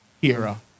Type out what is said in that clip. Hero